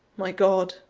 my god!